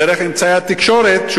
דרך אמצעי התקשורת,